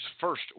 first